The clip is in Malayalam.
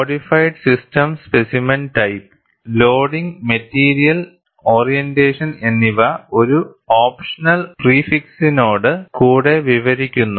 codified system specimen type loading material orientation എന്നിവ ഒരു ഓപ്ഷണൽ പ്രീഫിക്സിനോട് കൂടെ വിവരിക്കുന്നു